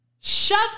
Shut